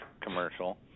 commercial